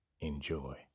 Enjoy